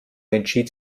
entschied